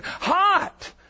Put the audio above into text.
hot